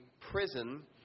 prison